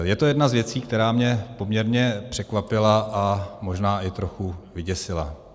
Je to jedna z věcí, která mě poměrně překvapila a možná i trochu vyděsila.